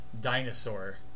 dinosaur